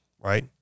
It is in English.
Right